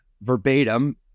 verbatim